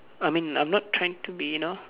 I mean I'm not trying to be you know